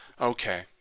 Okay